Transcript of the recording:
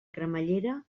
cremallera